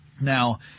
Now